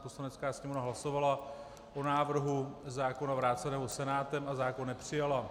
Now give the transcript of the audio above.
Poslanecká sněmovna hlasovala o návrhu zákona vráceného Senátem a zákon nepřijala.